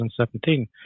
2017